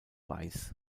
weiß